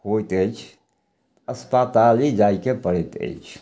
होयत अछि अस्पताले जाइके पड़ैत अछि